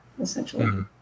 essentially